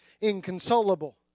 inconsolable